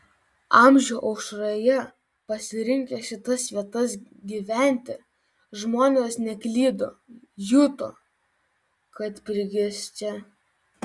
amžių aušroje pasirinkę šitas vietas gyventi žmonės neklydo juto kad prigis čia